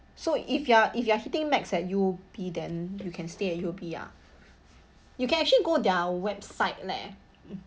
so if you are if you are hitting max at U_O_B then you can stay at U_O_B lah you can actually go their website leh